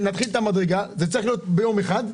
דבר שצריך להיות ביום אחד,